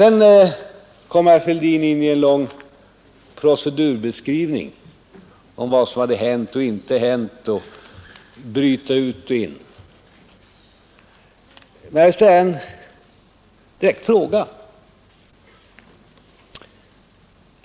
Sedan lämnade herr Fälldin en lång procedurbeskrivning om vad som hade hänt och inte hänt. Jag vill ställa en direkt fråga till herr Fälldin.